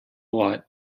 lot